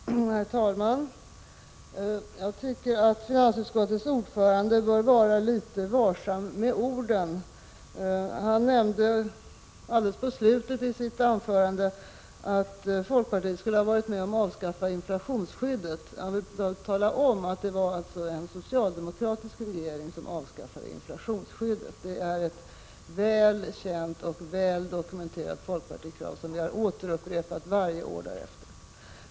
Herr talman! Jag tycker att finansutskottets ordförande bör vara litet varsam med orden. Han nämnde alldeles i slutet av sitt anförande att folkpartiet skulle ha varit med om att avskaffa inflationsskyddet. Jag vill tala om att det var en socialdemokratisk regering som avskaffade detta skydd. Det är ett väl känt och dokumenterat folkpartikrav, som vi har upprepat varje år därefter.